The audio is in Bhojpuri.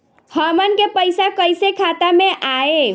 हमन के पईसा कइसे खाता में आय?